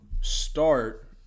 start